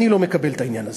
אני לא מקבל את העניין הזה.